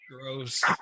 Gross